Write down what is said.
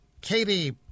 Katie